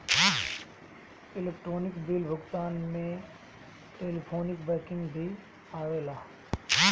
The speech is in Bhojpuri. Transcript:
इलेक्ट्रोनिक बिल भुगतान में टेलीफोनिक बैंकिंग भी आवेला